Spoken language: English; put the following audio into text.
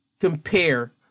compare